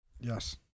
Yes